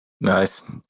Nice